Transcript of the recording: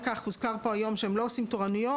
הוזכר פה היום שהם לא עושים תורנויות